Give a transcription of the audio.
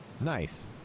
Nice